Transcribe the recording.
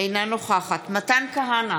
אינה נוכחת מתן כהנא,